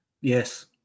Yes